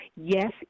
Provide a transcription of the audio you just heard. yes